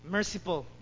Merciful